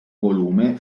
volume